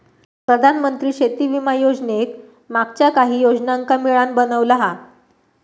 प्रधानमंत्री शेती विमा योजनेक मागच्या काहि योजनांका मिळान बनवला हा